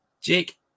Jake